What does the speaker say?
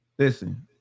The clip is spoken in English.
Listen